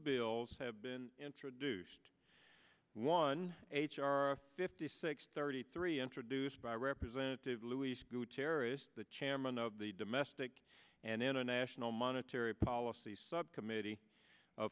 bills have been introduced one h r fifty six thirty three introduced by representative luis gutierrez the chairman of the domestic and international monetary policy subcommittee o